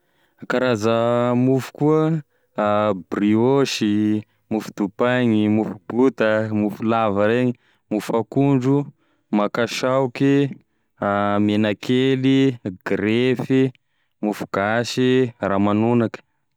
Karaza mofo koa: briôsy, mofo dipaigny mofo bota mofo lava regny, mofo akondro, makasaoky, menakelt, grefy, mofogasy, ramanonaky.